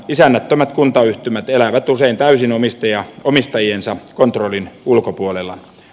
isännättömät kuntayhtymät elävät usein täysin omistajiensa kontrollin ulkopuolella